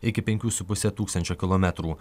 iki penkių su puse tūkstančio kilometrų